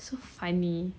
so funny